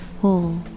full